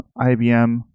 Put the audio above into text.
IBM